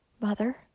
mother